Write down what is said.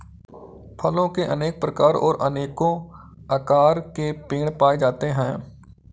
फलों के अनेक प्रकार और अनेको आकार के पेड़ पाए जाते है